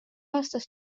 aastas